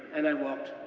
and i walked,